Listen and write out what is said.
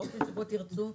באופן שבו תרצו,